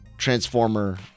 transformer